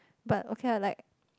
but okay lah like